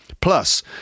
Plus